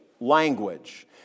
language